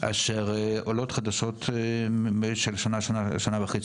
אשר עולות חדשות מהשנה וחצי